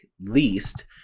least